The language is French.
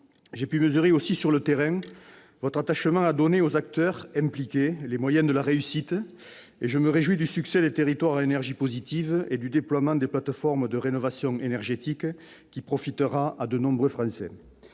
J'ai pu mesurer aussi sur le terrain votre attachement à donner aux acteurs impliqués les moyens de la réussite. Je me réjouis du succès des territoires à énergie positive et du déploiement des plateformes de rénovation énergétique, autant d'éléments qui profiteront à de nombreux Français.